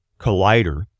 Collider